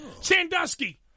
Sandusky